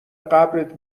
قبرت